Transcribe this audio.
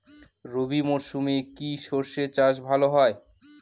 রবি মরশুমে কি সর্ষে চাষ ভালো হয়?